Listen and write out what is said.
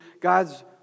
God's